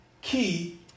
key